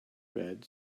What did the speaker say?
bed